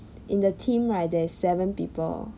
in the team right there's seven people